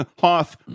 Hoth